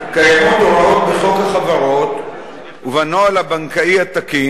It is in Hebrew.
קיימות הוראות בחוק החברות ובנוהל הבנקאי התקין,